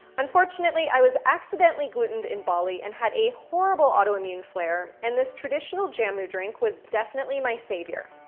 unfortunately, i was accidentally glutened in bali and had a horrible autoimmune flare and this traditional jamu drink was definitely my savior.